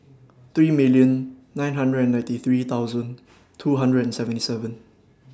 three million nine hundred and ninety three thousand two hundred and seventy seven